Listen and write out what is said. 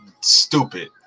stupid